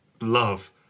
love